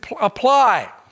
apply